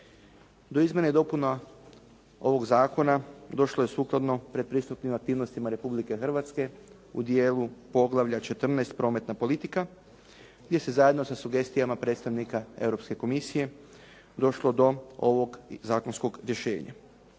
Do izmjena i dopuna ovoga zakona došlo je sukladno predpristupnim aktivnostima Republike Hrvatske u dijelu poglavlja 14. Prometna politika gdje se zajedno sa sugestijama predstavnika Europske komisije došlo do ovog zakonskog rješenja.